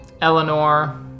Eleanor